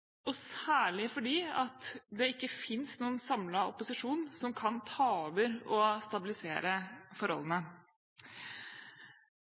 særlig fordi det ikke finnes noen samlet opposisjon som kan ta over og stabilisere forholdene.